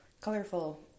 colorful